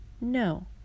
No